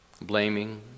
blaming